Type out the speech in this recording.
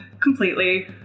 completely